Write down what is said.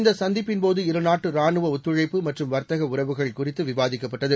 இந்தசந்திப்பின்போதுஇருநாட்டுராணுவஒத்துழைப்புமற் றும்வர்த்தகஉறவுகள்குறித்துவிவாதிக்கப்பட்டது